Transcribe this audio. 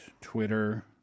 Twitter